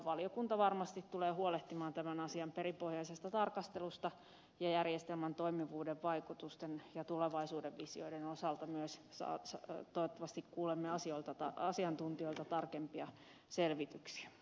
valiokunta varmasti tulee huolehtimaan tämän asian perinpohjaisesta tarkastelusta ja järjestelmän toimivuuden vaikutusten ja tulevaisuuden visioiden osalta myös toivottavasti kuulem me asiantuntijoilta tarkempia selvityksiä